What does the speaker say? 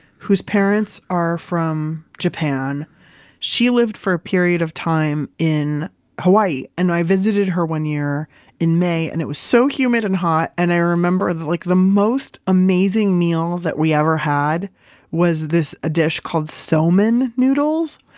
whose parents are from japan she lived for a period of time in hawaii and i visited her one year in may and it was so humid and hot and i remember that like the most amazing meal that we ever had was this, a dish called somen noodles.